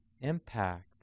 impact